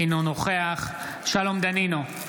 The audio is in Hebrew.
אינו נוכח שלום דנינו,